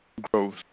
growth